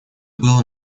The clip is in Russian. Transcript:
было